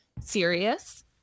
serious